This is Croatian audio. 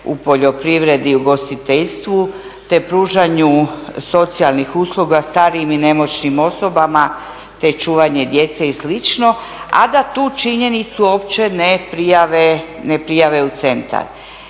u poljoprivredi i ugostiteljstvu, te pružanju socijalnih usluga starijim i nemoćnim osobama, te čuvanje djece i slično, a da tu činjenicu uopće ne prijave u centar.